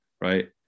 right